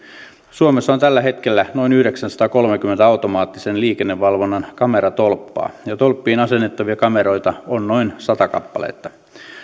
suomessa on tällä hetkellä noin yhdeksänsadankolmenkymmenen automaattisen liikennevalvonnan kameratolppaa ja tolppiin asennettavia kameroita on noin sata kappaletta